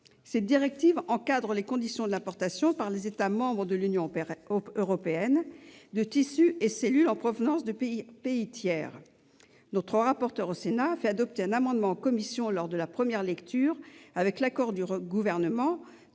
Cette directive encadre les conditions de l'importation, par les États membres de l'Union européenne, de tissus et cellules en provenance des pays tiers. Le rapporteur du texte au Sénat avait fait adopter en commission lors de la première lecture, avec l'accord du Gouvernement,